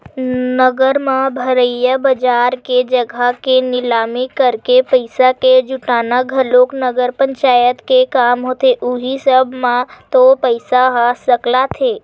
नगर म भरइया बजार के जघा के निलामी करके पइसा के जुटाना घलोक नगर पंचायत के काम होथे उहीं सब म तो पइसा ह सकलाथे